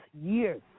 years